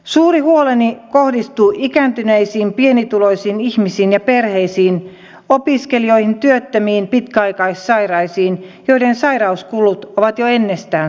suuri huoleni kohdistuu ikääntyneisiin pienituloisiin ihmisiin ja perheisiin opiskelijoihin työttömiin pitkäaikaissairaisiin joiden sairauskulut ovat jo ennestään suuret